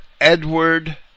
Edward